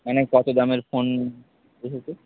মানে কত দামের ফোন এসেছে